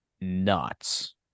nuts